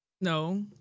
No